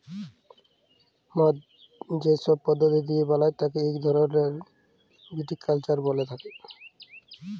মদ যে সব পদ্ধতি দিয়ে বালায় তাকে ইক সাথে ভিটিকালচার ব্যলে